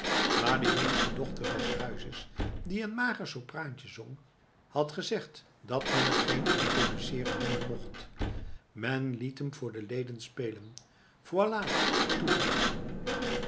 maar de jongste dochter des huizes die een mager sopraantje zong had gezegd dat men t geen introduceeren noemen kon men liet hem voor de leden spelen voilà tout